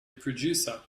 producer